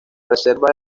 reserva